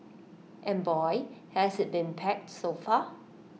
and boy has IT been packed so far